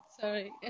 Sorry